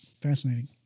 fascinating